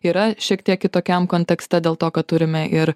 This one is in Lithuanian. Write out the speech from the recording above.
yra šiek tiek kitokiam kontekste dėl to kad turime ir